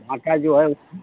आटा जो है